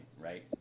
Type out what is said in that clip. right